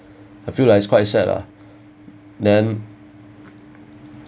I feel like it's quite sad lah then